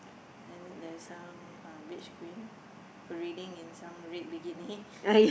then there's some um beach queen parading in some red bikini